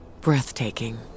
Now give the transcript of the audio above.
Breathtaking